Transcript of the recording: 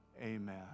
Amen